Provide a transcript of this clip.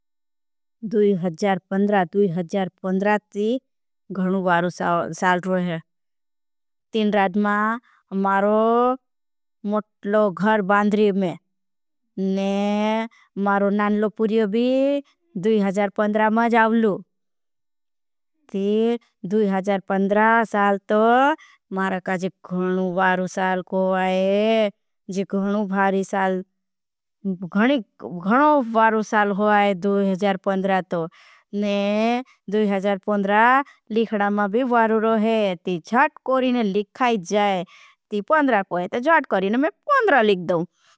दूई हज्यार पंद्रा दूई हज्यार पंद्रा ती घणू बारू साल रो है। तीन राज मारो मोटलो घर बांधरी मे ने। मारो नानलो पुर्यो भी दूई हज्यार पंद्रा में जावलू ती दूई हज्यार। पंद्रा साल तो मारा का जी घणू बारू साल को आये जी घणू। भारी साल घणो बारू साल को आये दूई हज्यार पंद्रा तो ने दूई। हज्यार पंद्रा लिखडा मा भी बारू रो है। ती जट करीने। लिखाई जाए ती पंद्रा कोये ते जट करीने मैं पंद्रा लिख दूँ।